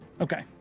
Okay